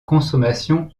consommation